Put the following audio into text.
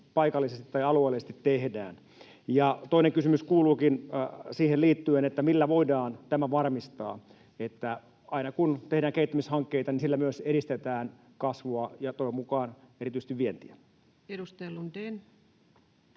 paikallisesti tai alueellisesti tehdään. Ja toinen kysymys kuuluukin siihen liittyen: millä voidaan varmistaa, että aina kun tehdään kehittämishankkeita, niillä myös edistetään kasvua ja toivon mukaan erityisesti vientiä? Edustaja Lundén.